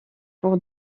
pour